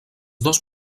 dos